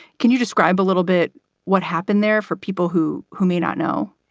can you describe a little bit what happened there for people who who may not know?